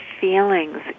feelings